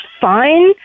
fine